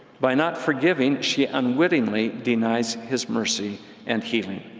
by not forgiving, she unwittingly denies his mercy and healing.